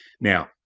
Now